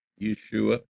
Yeshua